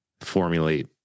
formulate